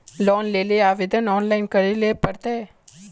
Loan लेले आवेदन online करे ले पड़ते?